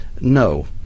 No